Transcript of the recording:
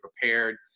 prepared